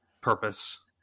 purpose